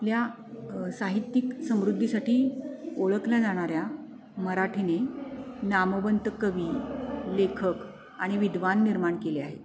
आपल्या साहित्यिक समृद्धीसाठी ओळखल्या जाणाऱ्या मराठीने नामवंत कवी लेखक आणि विद्वांन निर्माण केले आहेत